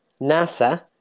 NASA